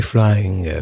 Flying